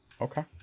Okay